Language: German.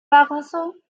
barroso